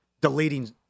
deleting